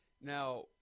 Now